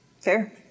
Fair